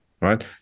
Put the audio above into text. right